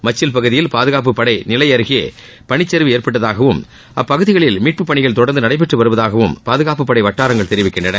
மச்சில் பகுதியில் பாதுகாப்புப்படை நிலை அருகே பனிச்சரிவு ஏற்பட்டதாகவும் அப்பகுதிகளில் மீட்புப் பணிகள் தொடர்ந்து நடைபெற்று வருவதாகவும் பாதுகாப்புப்படை வட்டாரங்கள் தெரிவிக்கின்றன